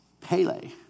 Pele